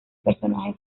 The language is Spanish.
personajes